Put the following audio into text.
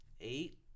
eight